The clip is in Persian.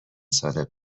سال